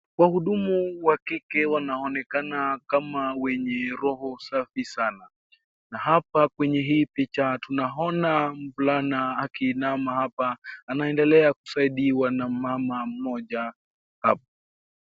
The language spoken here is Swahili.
Wahudumu wa kike wanaonekana kama wenye roho safi sana na hapa kwenye hii picha tunaona mvulana akinama hapa, anaendelea kusaidiwa na mumama mmoja hapa.